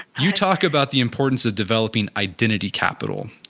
you talked about the importance of developing identity capital,